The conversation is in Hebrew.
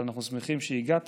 אבל אנחנו שמחים שהגעת,